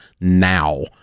now